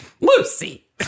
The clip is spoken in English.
Lucy